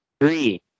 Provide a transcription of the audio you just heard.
three